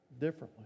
Differently